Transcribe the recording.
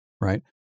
right